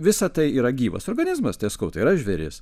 visa tai yra gyvas organizmas tai aš sakau tai yra yra žvėris